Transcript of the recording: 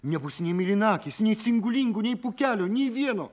nebus nei mėlynakės nei cingu lingu nei pūkelio nė vieno